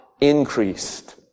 increased